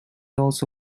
also